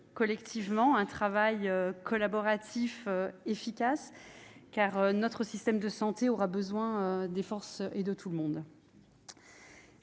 collectivement un travail collaboratif efficace, car notre système de santé aura besoin de toutes les forces.